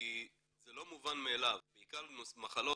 כי זה לא מובן מאליו, בעיקר מחלות